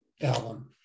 album